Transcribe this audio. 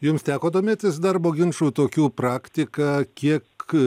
jums teko domėtis darbo ginčų tokių praktika kiek